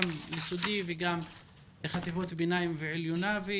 גם היסודיים וגם חטיבות הביניים והחטיבות העליונות.